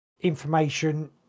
information